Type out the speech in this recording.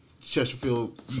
Chesterfield